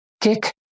Kick